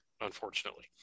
unfortunately